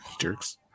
jerks